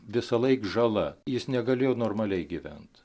visąlaik žala jis negalėjo normaliai gyvent